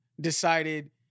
decided